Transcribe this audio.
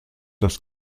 das